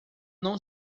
não